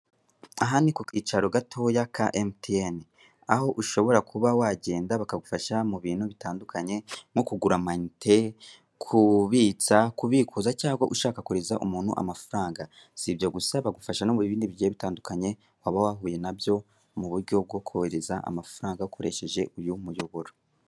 Aha ni kukicaro gatoya ka Emutiyeni, aho ushobora kuba wagenda, bakagufasha mu bintu bitandukanye, nko kugura amayitine, kubitsa, kubikuza cyangwa ushaka horereza umuntu amafaranga, si ibyo gusa bahufasha no mu bindi bigiye bitandukanye, waba wahuye nabyo mu buryo bwo kohereza amafaranga ukoresheje uyu muyoboro.